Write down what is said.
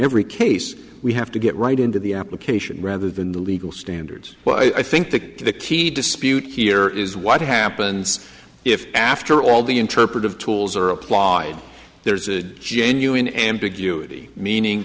every case we have to get right into the application rather than the legal standards but i think the key dispute here is what happens if after all the interpretive tools are apply there's a genuine ambiguity meaning